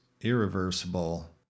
irreversible